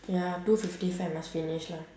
ya two fifty five must finish lah